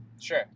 Sure